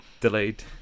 Delayed